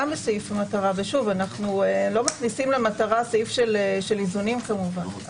אנחנו לא מכניסים למטרה סעיף של איזונים כמובן,